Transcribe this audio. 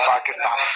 Pakistan